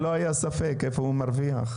לא היה ספק איפה הוא מרוויח.